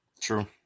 True